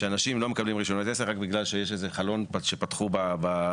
שאנשים לא מקבלים רישיון עסק רק בגלל שיש איזה חלון שפתחו בדירה.